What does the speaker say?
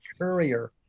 courier